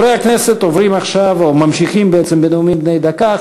חברי הכנסת, אנחנו ממשיכים בנאומים בני דקה.